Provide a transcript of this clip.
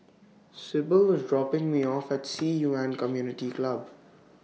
Syble IS dropping Me off At Ci Yuan Community Club